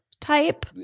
type